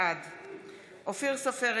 בעד אופיר סופר,